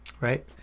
right